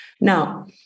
Now